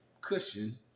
cushion